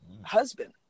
husband